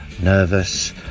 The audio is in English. nervous